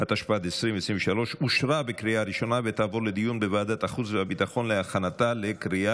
ופעולה בו (הוראת שעה, חרבות